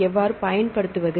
எவ்வாறு பயன்படுத்துவது